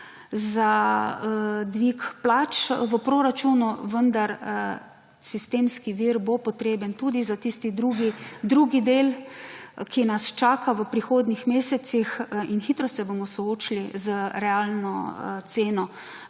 za dvig plač v proračunu. Vendar sistemski vir bo potreben tudi za tisti drugi del, ki nas čaka v prihodnjih mesecih. In hitro se bomo soočili z realno ceno